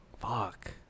Fuck